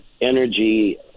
energy